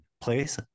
place